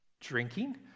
drinking